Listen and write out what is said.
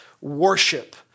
worship